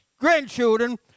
grandchildren